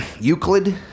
Euclid